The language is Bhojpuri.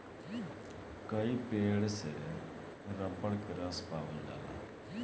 कई पेड़ से रबर के रस पावल जाला